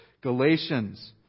Galatians